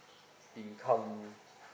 income